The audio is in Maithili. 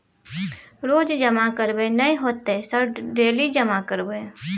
रोज जमा करबे नए होते सर डेली जमा करैबै?